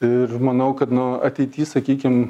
ir manau kad nu ateity sakykim